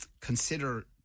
consider